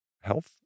health